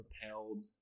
propelled